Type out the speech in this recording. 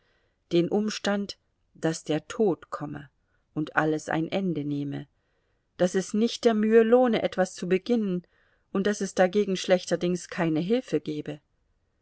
den umstand daß der tod komme und alles ein ende nehme daß es nicht der mühe lohne etwas zu beginnen und daß es dagegen schlechterdings keine hilfe gebe